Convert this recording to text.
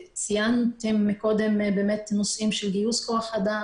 ציינתם קודם נושאים של גיוס כוח אדם